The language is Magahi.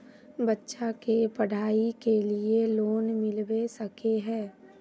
बच्चा के पढाई के लिए लोन मिलबे सके है?